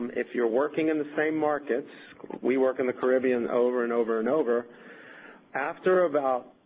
if you're working in the same markets we work in the caribbean over and over and over after about.